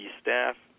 staff